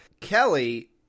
Kelly